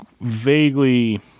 vaguely